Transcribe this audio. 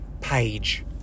page